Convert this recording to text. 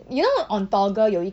you know on Toggle 有一